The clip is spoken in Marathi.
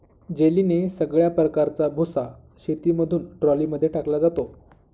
जेलीने सगळ्या प्रकारचा भुसा शेतामधून ट्रॉली मध्ये टाकला जातो